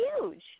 huge